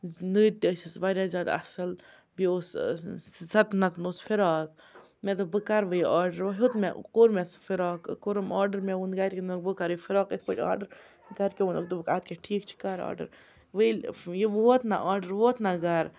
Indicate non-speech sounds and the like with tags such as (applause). نٔرۍ تہِ ٲسِس واریاہ زیادٕ اَصٕل بیٚیہِ اوس سَتَن ہَتَن اوس فِراک مےٚ دوٚپ بہٕ کَر وۄنۍ یہِ آرڈَر وۄنۍ ہیوٚت مےٚ کوٚر مےٚ سُہ فِراک کوٚرُم آرڈَر مےٚ ووٚن گَرکٮ۪ن (unintelligible) بہٕ کَرٕ یہِ فِراک یِتھ پٲٹھۍ آرڈَر گَرکیو ووٚنُکھ دوٚپکھ اَد کیٛاہ ٹھیٖک چھِ کَر آرڈَر وۄنۍ ییٚلہِ یہِ ووت نہ آرڈَر ووت نہ گَرٕ